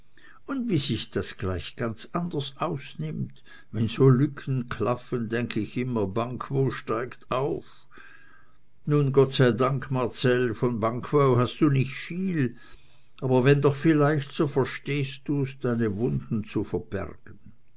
und wie sich das gleich anders ausnimmt wenn so lücken klaffen denk ich immer banquo steigt auf nun gott sei dank marcell von banquo hast du nicht viel oder wenn doch vielleicht so verstehst du's deine wunden zu verbergen